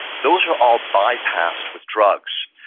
those are all bypassed with drugs.